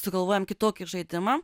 sugalvojam kitokį žaidimą